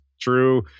true